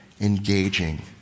engaging